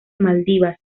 maldivas